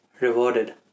rewarded